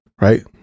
Right